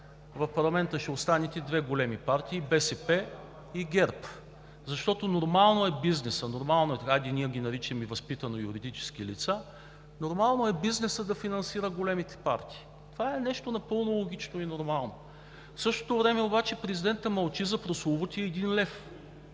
В парламента ще останете две големи партии – БСП и ГЕРБ. Защото нормално е бизнесът, да, ние ги наричаме възпитано „юридически лица“, нормално е бизнесът да финансира големите партии. Това е нещо напълно логично и нормално. В същото време обаче президентът мълчи за прословутия един лев.